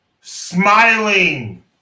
smiling